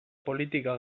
politika